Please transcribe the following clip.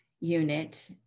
unit